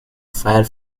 fire